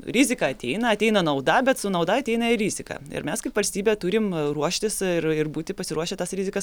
rizika ateina ateina nauda bet su nauda ateina ir rizika ir mes kaip valstybė turim ruoštis ir ir būti pasiruošę tas rizikas